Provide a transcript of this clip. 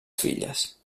filles